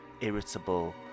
irritable